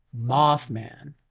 Mothman